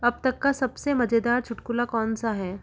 अब तक का सबसे मज़ेदार चुटकुला कौनसा है